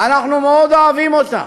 אנחנו מאוד אוהבים אותם,